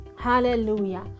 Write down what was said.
Hallelujah